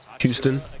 Houston